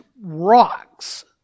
rocks